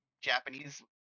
Japanese